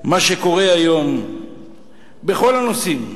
מה שקורה היום בכל הנושאים,